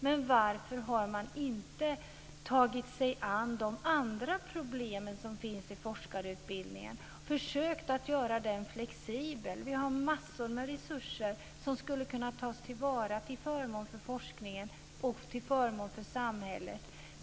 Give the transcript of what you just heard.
Men varför har man inte tagit sig an de andra problem som finns i forskarutbildningen och försökt att göra den flexibel? Vi har massor med resurser som skulle kunna tas till vara till förmån för forskningen och till förmån för samhället.